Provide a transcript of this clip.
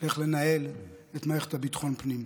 איך לנהל את מערכת ביטחון הפנים.